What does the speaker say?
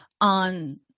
on